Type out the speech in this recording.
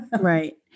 Right